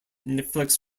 netflix